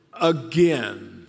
again